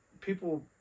people